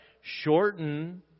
Shorten